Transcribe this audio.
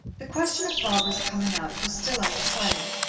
the question of barbara's coming out was still undecided,